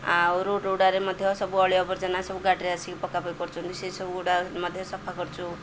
ଆଉ ରୋଡ଼୍ଗୁଡ଼ାରେ ମଧ୍ୟ ସବୁ ଅଳିଆ ଅବର୍ଜାନା ସବୁ ଗାଡ଼ିରେ ଆସିକି ପକାପକି ମଧ୍ୟ କରୁଛନ୍ତି ସେ ସବୁଗୁଡ଼ା ମଧ୍ୟ ସଫା କରୁଛୁ